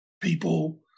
people